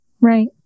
Right